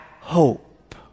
hope